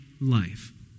life